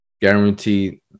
guaranteed